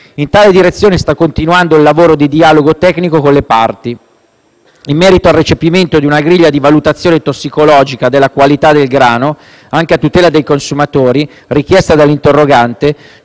in tale direzione sta continuando il lavoro di dialogo tecnico con le parti. In merito al recepimento di una griglia di valutazione tossicologica della qualità del grano, anche a tutela dei consumatori, richiesta dall'interrogante,